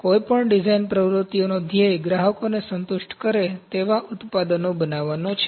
તેથી કોઈપણ ડિઝાઇન પ્રવૃત્તિઓનો ધ્યેય ગ્રાહકોને સંતુષ્ટ કરે તેવા ઉત્પાદનો બનાવવાનો છે